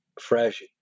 fresh